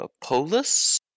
Polis